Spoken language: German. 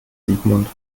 sigmund